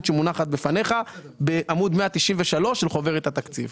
שמונחת בפניך בעמוד 193 של חוברת התקציב,